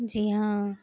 جی ہاں